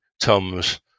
toms